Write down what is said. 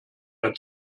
der